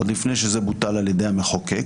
עוד לפני שזה בוטל על ידי המחוקק,